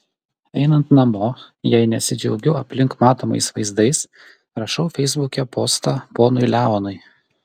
einant namo jei nesidžiaugiu aplink matomais vaizdais rašau feisbuke postą ponui leonui